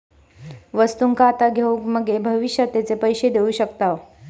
वस्तुंका आता घेऊन मगे भविष्यात तेचे पैशे देऊ शकताव